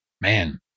man